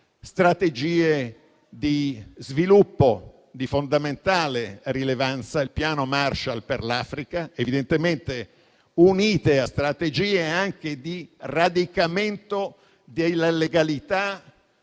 strategie di sviluppo di fondamentale rilevanza, il piano Marshall per l'Africa, evidentemente unite a strategie anche di radicamento della legalità